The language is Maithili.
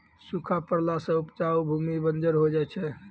सूखा पड़ला सें उपजाऊ भूमि बंजर होय जाय छै